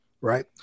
Right